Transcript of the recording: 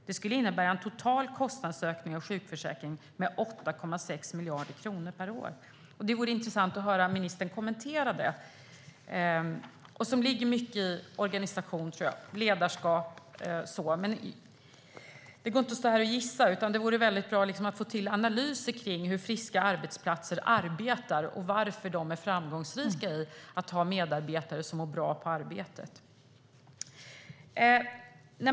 Det skulle innebära en total kostnadsökning av sjukförsäkringen med 8,6 miljarder kronor per år. Det vore intressant att höra ministern kommentera det. Jag tror att det ligger mycket i organisation och ledarskap. Men det går inte att gissa, så det vore väldigt bra att få en analys av hur friska arbetsplatser arbetar och varför de är framgångsrika i att ha medarbetare som mår bra på arbetet.